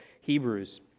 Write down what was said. Hebrews